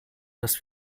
das